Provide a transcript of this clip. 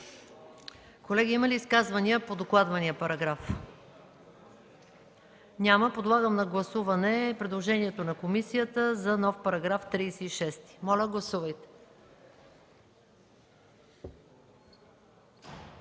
Колеги, има ли изказвания по докладвания параграф? Няма. Подлагам на гласуване предложението на комисията за нов § 36. Моля, гласувайте.